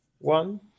One